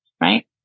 right